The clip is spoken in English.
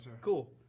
Cool